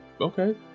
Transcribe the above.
okay